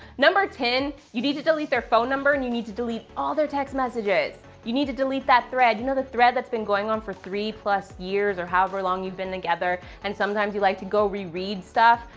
number ten, you need to delete their phone number and you need to delete all their text messages. you need to delete that thread. you and know the thread that's been going on for three plus years or however long you've been together, and sometimes you like to go reread stuff,